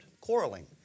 quarreling